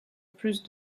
plus